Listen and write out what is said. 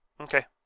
Okay